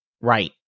Right